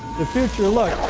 the future looks